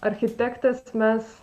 architektės mes